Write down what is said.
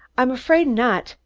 i'm afraid not,